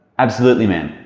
absolutely ma'am,